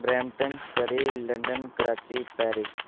Brampton Surrey London Karachi Paris